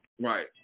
Right